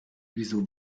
wieso